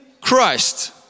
Christ